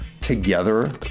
together